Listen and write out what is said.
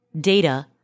data